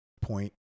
point